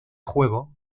juego